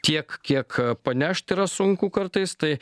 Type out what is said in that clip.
tiek kiek panešt yra sunku kartais tai